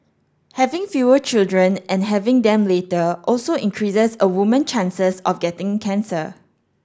having fewer children and having them later also increase a woman's chances of getting cancer